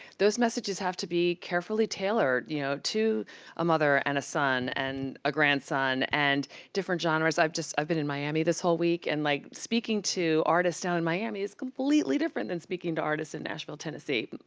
those messages have to be carefully tailored, you know, to a mother, and a son, and a grandson, and different genres. i've just i've been in miami this whole week and, like, speaking to artists down in miami is completely different than speaking to artists in nashville, tennessee,